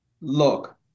Look